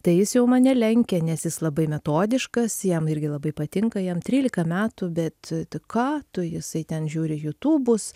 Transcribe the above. tai jis jau mane lenkia nes jis labai metodiškas jam irgi labai patinka jam trylika metų bet ką tu jisai ten žiūri jutūbus